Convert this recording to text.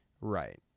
Right